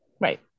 Right